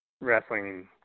wrestling